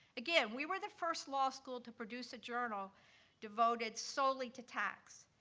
again, we were the first law school to produce a journal devoted solely to tax,